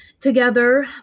together